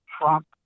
Trump